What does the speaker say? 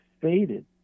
faded